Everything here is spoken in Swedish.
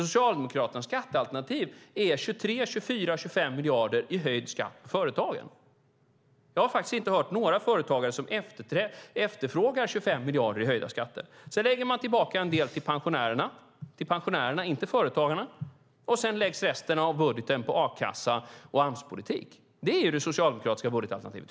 Socialdemokraternas skattealternativ är 23, 24 eller 25 miljarder i höjd skatt på företagen. Jag har faktiskt inte hört några företagare som efterfrågar 25 miljarder i höjda skatter. Sedan lägger man tillbaka en del till pensionärerna, inte till företagarna. Resten av budgeten läggs på a-kassa och Amspolitik. Det är det socialdemokratiska budgetalternativet.